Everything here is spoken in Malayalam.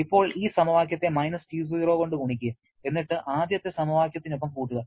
ഇപ്പോൾ ഈ സമവാക്യത്തെ -T0 കൊണ്ട് ഗുണിക്കുക എന്നിട്ട് ആദ്യത്തെ സമവാക്യത്തിനൊപ്പം കൂട്ടുക